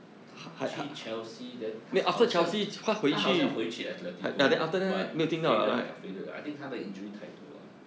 他去 chelsea then 他好像他好像会回去 atletico eh but faded liao faded liao I think 他的 injury 太多